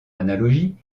analogie